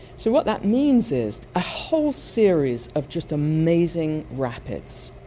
so what that means is a whole series of just amazing rapids.